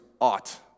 ought